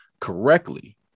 Correctly